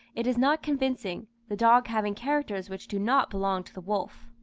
it is not convincing, the dog having characters which do not belong to the wolf.